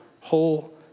whole